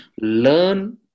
Learn